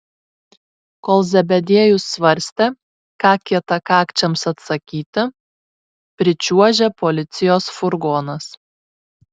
kol zebediejus svarstė ką kietakakčiams atsakyti pričiuožė policijos furgonas